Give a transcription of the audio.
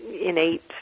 innate